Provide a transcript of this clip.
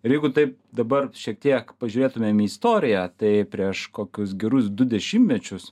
ir jeigu taip dabar šiek tiek pažiūrėtumėm į istoriją tai prieš kokius gerus du dešimtmečius